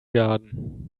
garden